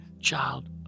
child